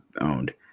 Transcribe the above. owned